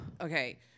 Okay